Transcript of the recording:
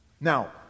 now